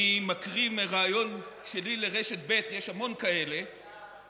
אני מקריא מריאיון שלי לרשת ב' יש המון כאלה,